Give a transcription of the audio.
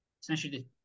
essentially